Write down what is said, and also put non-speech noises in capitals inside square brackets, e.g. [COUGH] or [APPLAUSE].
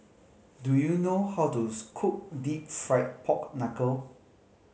do you know how [UNINTELLIGIBLE] cook Deep Fried Pork Knuckle